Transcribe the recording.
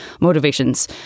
motivations